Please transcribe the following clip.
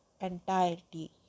entirety